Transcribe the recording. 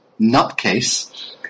nutcase